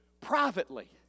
privately